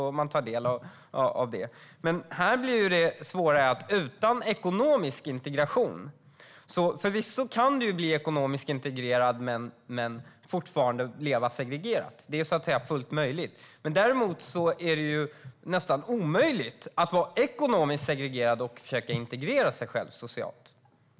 Här blir det svårare i frågan om ekonomisk integration. Förvisso kan du bli ekonomiskt integrerad men fortfarande leva segregerat. Det är fullt möjligt. Däremot är det nästan omöjligt att vara ekonomiskt segregerad och samtidigt försöka integrera sig själv socialt.